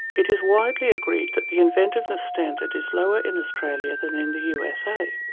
it is widely agreed that the inventiveness standard is lower in australia than in the usa.